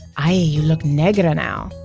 aye, you look negra now.